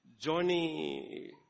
Johnny